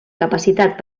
capacitat